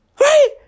Right